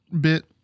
bit